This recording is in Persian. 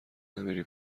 نمیری